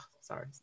sorry